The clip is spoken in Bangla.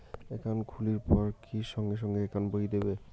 একাউন্ট খুলির পর কি সঙ্গে সঙ্গে একাউন্ট বই দিবে?